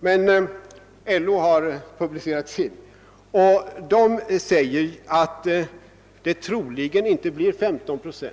LO har emellertid publicerat sin höstrapport och anför där, att det i år troligen inte blir vare sig